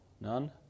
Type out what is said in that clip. None